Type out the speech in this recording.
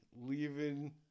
leaving